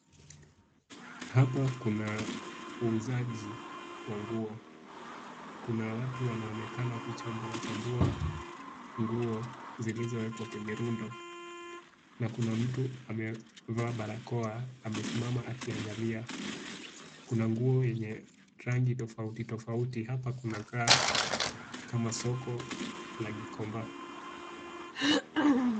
Hapa kuna uuzaji wa nguo , kuna watu wanaonekana kuchambua chambua nguo zilizowekwa kwenye rundo na kuna mtu amevaa barakoa amesimama akiangalia , kuna nguo yenye rangi tofauti tofauti hapa kunakaa kama soko la Gikomba .